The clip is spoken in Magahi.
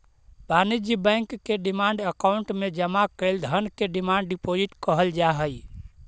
वाणिज्य बैंक के डिमांड अकाउंट में जमा कैल धन के डिमांड डिपॉजिट कहल जा हई